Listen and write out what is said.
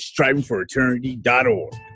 strivingforeternity.org